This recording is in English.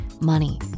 money